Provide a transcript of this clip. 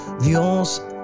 Dios